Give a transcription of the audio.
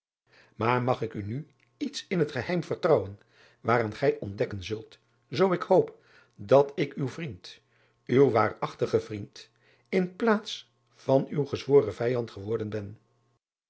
maar mag ik u nu iets in het geheim vertrouwen waaraan gij ontdekken zult zoo ik hoop dat ik uw vriend uw waarachtige vriend in plaats van uw gezworen vijand geworden ben